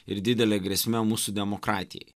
ir didelė grėsmė mūsų demokratijai